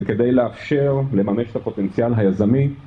וכדי לאפשר לממש את הפוטנציאל היזמי